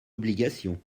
obligation